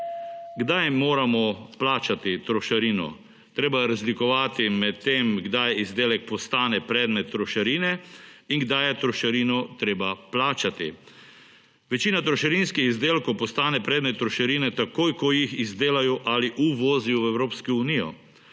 Kdaj moramo plačati trošarino? Treba je razlikovati med tem kdaj izdelek postane predmet trošarine in kdaj je trošarino treba plačati. Večina trošarinskih izdelkov postane predmet trošarine takoj, ko jih izdelajo ali uvozijo v Evropsko unijo.